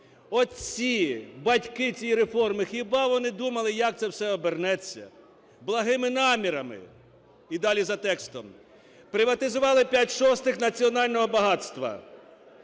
Отці… батьки цієї реформи, хіба вони думали, як це все обернеться? Благими намірами… і далі за текстом. Приватизували п'ять шостих національного багатства,